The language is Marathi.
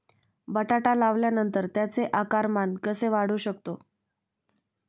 बटाटा लावल्यानंतर त्याचे आकारमान कसे वाढवू शकतो?